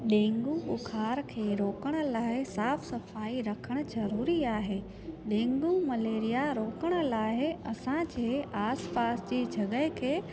dengue बुख़ार खे रोकणु लाइ साफ़ु सफ़ाई रखणु ज़रूरी आहे डेंगू मलेरिया रोकणु लाइ असांजे आसपासि जी जॻहि खे